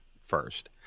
first